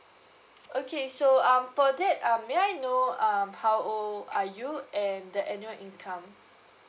okay so um for that um may I know um how old are you and the annual income